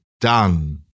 done